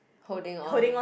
holding on